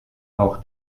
auch